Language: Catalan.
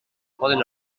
poden